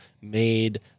made